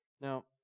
Now